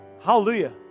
Hallelujah